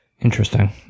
Interesting